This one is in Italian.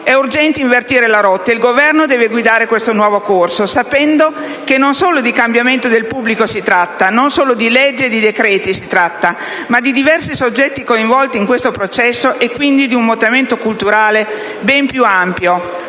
È urgente invertire la rotta e il Governo deve guidare questo nuovo corso, sapendo che non solo di cambiamento del pubblico si tratta, non solo di leggi e di decreti si tratta, ma di diversi soggetti coinvolti in questo processo e quindi di un mutamento culturale ben più ampio.